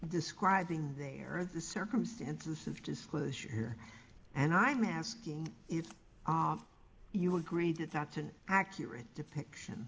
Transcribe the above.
describing there are the circumstances of disclosure here and i'm asking if you agree that that's an accurate depiction